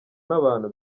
n’abantu